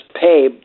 pay